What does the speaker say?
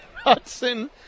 Hudson